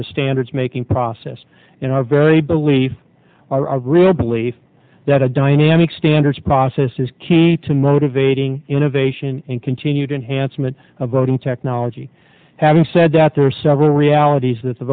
the standards making process in our very belief our real belief that a dynamic standards process is key to motivating innovation in continued enhancement of voting technology having said that there are several realities that the